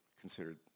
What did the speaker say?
considered